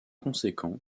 conséquent